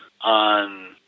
on